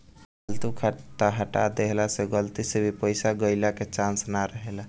फालतू खाता के हटा देहला से गलती से भी पईसा गईला के चांस ना रहेला